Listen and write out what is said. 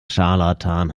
scharlatan